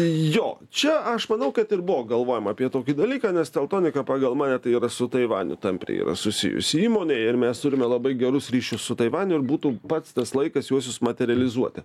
jo čia aš manau kad ir buvo galvojama apie tokį dalyką nes teltonika pagal mane tai yra su taivaniu tampriai yra susijusi įmonė ir mes turime labai gerus ryšius su taivaniu ir būtų pats tas laikas juosius materializuoti